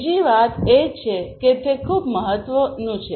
બીજી વાત એ છે કે તે ખૂબ મહત્વનું છે